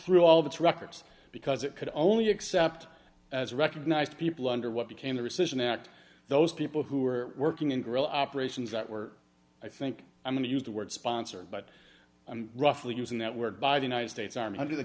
through all of its records because it could only accept as recognized people under what became the rescission that those people who were working in grill operations that were i think i'm going to use the word sponsored but i'm roughly using that word by the united states army under the